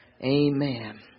Amen